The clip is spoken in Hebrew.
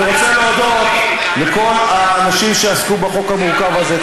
אני רוצה להודות לכל האנשים שעסקו בחוק המורכב הזה.